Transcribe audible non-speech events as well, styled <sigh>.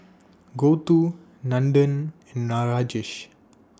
<noise> Gouthu Nandan and <unintelligible> Rajesh